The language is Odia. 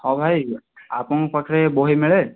ହଁ ଭାଇ ଆପଣଙ୍କ ପାଖରେ ବହି ମିଳେ